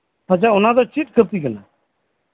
ᱟᱫᱚ ᱚᱱᱟ ᱫᱚ ᱪᱤᱫ ᱠᱟᱯᱤ ᱠᱟᱱᱟ